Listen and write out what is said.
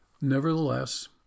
Nevertheless